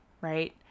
right